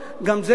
גם זה גמיש.